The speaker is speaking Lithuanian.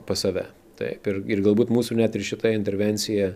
pas save taip ir ir galbūt mūsų net ir šita intervencija